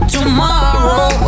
Tomorrow